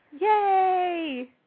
Yay